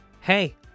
Hey